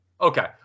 Okay